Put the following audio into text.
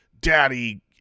daddy